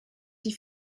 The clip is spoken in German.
die